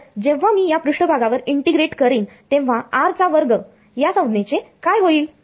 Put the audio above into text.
तर जेव्हा मी या पृष्ठभागावर इंटिग्रेट करेन तेव्हा r चा वर्ग या संज्ञा चे काय होईल